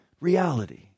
reality